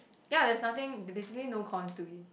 ya there's nothing basically no cons to it